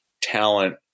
talent